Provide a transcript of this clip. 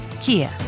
Kia